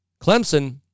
Clemson